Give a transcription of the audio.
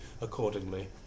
accordingly